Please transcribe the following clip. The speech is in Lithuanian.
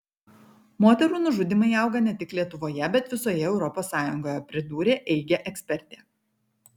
moterų nužudymai auga net tik lietuvoje bet visoje europos sąjungoje pridūrė eige ekspertė